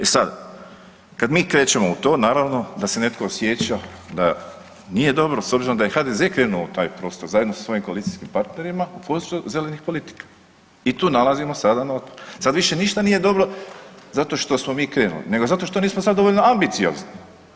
E sad kad mi krećemo u to naravno da se neko osjećao nije dobro s obzirom da je HDZ krenuo u taj prostor zajedno sa svojim koalicijskim partnerima u … zelenih politika i tu nalazimo sada na … sad više ništa nije dobro zato što smo mi krenuli nego zato što nismo sad dovoljno ambiciozni.